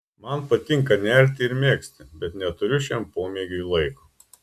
man patinka nerti ir megzti bet neturiu šiam pomėgiui laiko